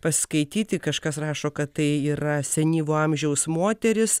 paskaityti kažkas rašo kad tai yra senyvo amžiaus moteris